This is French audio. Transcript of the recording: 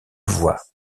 voies